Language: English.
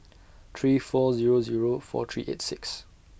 three four Zero Zero four three eight six